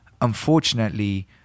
unfortunately